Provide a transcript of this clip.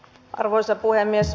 arvoisa puhemies